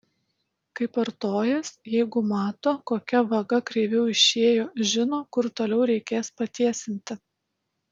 kaip artojas jeigu mato kokia vaga kreiviau išėjo žino kur toliau reikės patiesinti